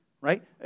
right